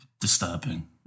disturbing